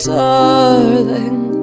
darling